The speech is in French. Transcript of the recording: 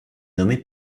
nommé